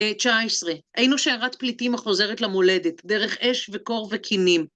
19, היינו שיירת פליטים החוזרת למולדת, דרך אש וקור וכינים.